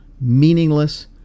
meaningless